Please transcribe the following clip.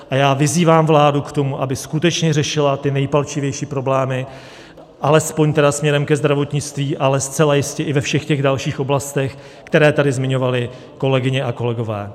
A já vyzývám vládu k tomu, aby skutečně řešila ty nejpalčivější problémy alespoň směrem ke zdravotnictví, ale zcela jistě i ve všech dalších oblastech, které tady zmiňovaly kolegyně a kolegové.